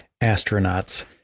astronauts